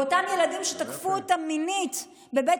ואותם ילדים שתקפו אותם מינית בבית